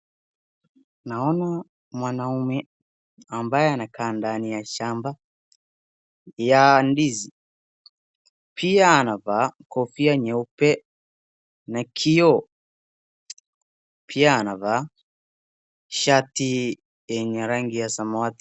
Naona mwananume ambaye anakaa ndani ya shamba ya ndizi. Pia anavaa kofia nyeupe na kioo. Pia anavaa shati yenye rangi ya samawati.